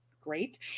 great